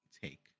take